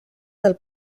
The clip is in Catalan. del